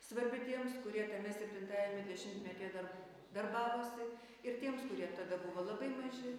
svarbi tiems kurie tame septintajame dešimtmetyje dar darbavosi ir tiems kurie tada buvo labai maži